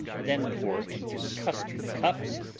then pour into custard cups,